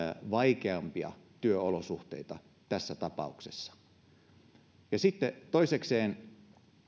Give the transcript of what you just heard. vaikeampia työolosuhteita tässä tapauksessa sitten toisekseen